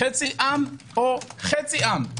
חצי עם או חצי עם?